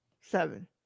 Seven